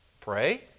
pray